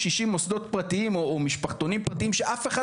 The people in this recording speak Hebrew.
60 מוסדות פרטיים או משפחתונים פרטיים שאף אחד